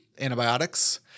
antibiotics